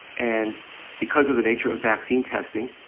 and because of the nature of vaccine testing,